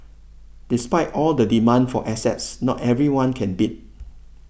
despite all the demand for assets not everyone can bid